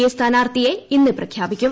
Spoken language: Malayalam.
എ സ്ഥാനാർത്ഥിയെ ഇന്ന് പ്രഖ്യാപിക്കും